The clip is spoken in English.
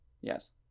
yes